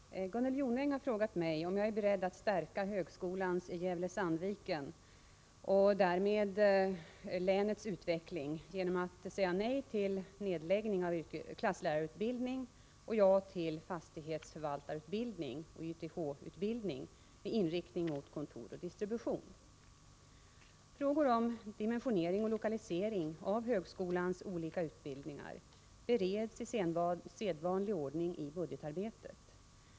Herr talman! Gunnel Jonäng har frågat mig om jag är beredd att stärka högskolans i Gävle-Sandviken och därmed länets utveckling genom att säga nej till nedläggning av klasslärarutbildning och ja till fastighetsförvaltarutbildning och YTH-utbildning med inriktning mot kontor och distribution. Frågor om dimensionering och lokalisering av högskolans olika utbildningar bereds i sedvanlig ordning i budgetarbetet.